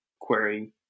query